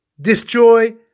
destroy